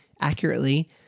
accurately